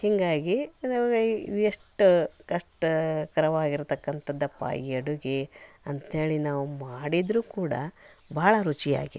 ಹೀಗಾಗಿ ನಾವು ಎಷ್ಟು ಕಷ್ಟಕರವಾಗಿರ್ತಕ್ಕಂಥದ್ದಪ್ಪ ಈ ಅಡುಗೆ ಅಂತ ಹೇಳಿ ನಾವು ಮಾಡಿದರೂ ಕೂಡ ಭಾಳ ರುಚಿಯಾಗಿತ್ತು